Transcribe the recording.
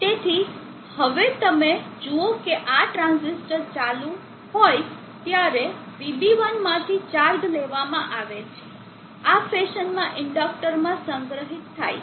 તેથી હવે તમે જુઓ કે આ ટ્રાંઝિસ્ટર ચાલુ હોય ત્યારે VB1 માંથી ચાર્જ લેવામાં આવે છે આ ફેશનમાં ઇન્ડક્ટરમાં સંગ્રહિત થાય છે